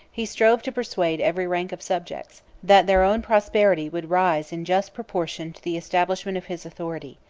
he strove to persuade every rank of subjects, that their own prosperity would rise in just proportion to the establishment of his authority.